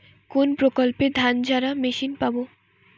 কোনপ্রকল্পে ধানঝাড়া মেশিন পাব?